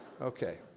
Okay